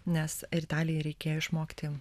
nes ir italijoj reikėjo išmokti